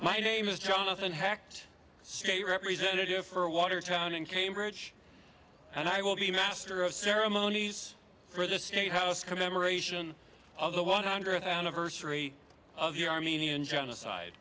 my name is jonathan hacked a representative for watertown and cambridge and i will be master of ceremonies for the state house commemoration of the one hundredth anniversary of your armenian genocide